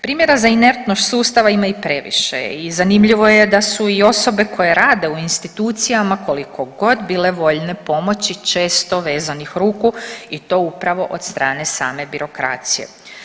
Primjera za inertnost sustava ima i previše i zanimljivo je da su i osobe koje rade u institucijama, koliko god bile voljne pomoći, često vezanih ruku i to upravo od strane same birokracije.